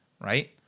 right